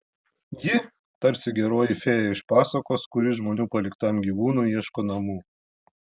ji tarsi geroji fėja iš pasakos kuri žmonių paliktam gyvūnui ieško namų